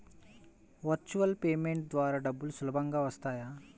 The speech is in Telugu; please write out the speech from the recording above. వర్చువల్ పేమెంట్ ద్వారా డబ్బులు సులభంగా వస్తాయా?